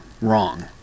wrong